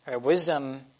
Wisdom